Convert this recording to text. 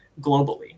globally